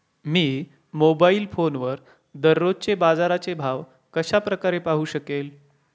मी mobile फोनवर दररोजचे बाजाराचे भाव कशा प्रकारे पाहू शकेल?